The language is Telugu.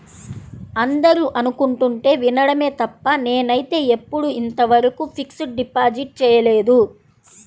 అందరూ అనుకుంటుంటే వినడమే తప్ప నేనైతే ఎప్పుడూ ఇంతవరకు ఫిక్స్డ్ డిపాజిట్ చేయలేదు